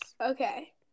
Okay